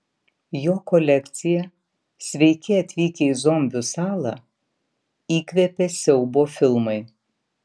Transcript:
jo kolekciją sveiki atvykę į zombių salą įkvėpė siaubo filmai